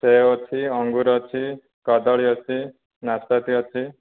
ସେଓ ଅଛି ଅଙ୍ଗୁର ଅଛି କଦଳୀ ଅଛି ନାସପାତି ଅଛି